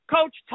Coach